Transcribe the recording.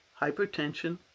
hypertension